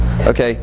Okay